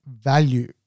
value